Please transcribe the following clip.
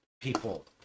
people